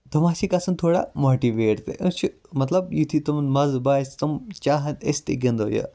تِمَن چھ گَژھان تھوڑا ماٹِویٹ تہِ أسۍ چھِ مَطلَب یُتھٕے تِمَن مَزٕ باسہِ تِم چاہَن أسۍ تہِ گِنٛدو یہِ